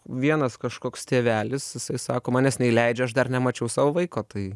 vienas kažkoks tėvelis jisai sako manęs neįleidžia aš dar nemačiau savo vaiko tai